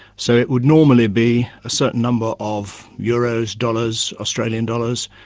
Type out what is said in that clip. so it would normally be a certain number of euros, dollars, australian dollars,